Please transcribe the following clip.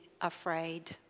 afraid